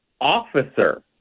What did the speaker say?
officer